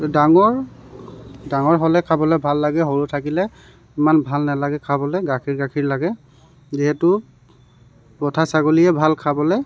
ডাঙৰ ডাঙৰ হ'লে খাবলৈ ভাল লাগে সৰু থাকিলে ইমান ভাল নালাগে খাবলৈ গাখীৰ গাখীৰ লাগে যিহেতু পঠা ছাগলীয়ে ভাল খাবলৈ